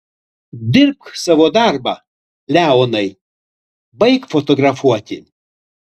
dirbk savo darbą leonai baik fotografuoti